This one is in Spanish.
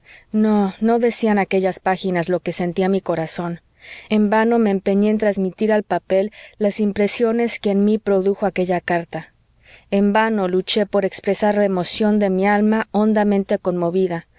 no no decían aquellas páginas lo que sentía mi corazón en vano me empeñé en transmitir al papel las impresiones que en mí produjo aquella carta en vano luché por expresar la emoción de mi alma hondamente conmovida